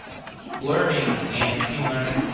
deep learning and machine learning,